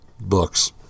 books